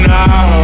now